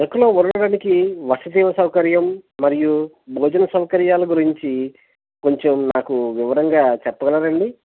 అరకులో ఉండడానికి వసతి సౌకర్యం మరియు భోజన సౌకర్యాల గురించి కొంచెం నాకు వివరంగా చెప్పగలరా అండి